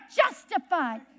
justified